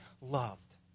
loved